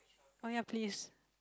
oh ya please